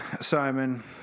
Simon